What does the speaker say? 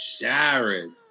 Sharon